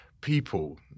people